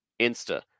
Insta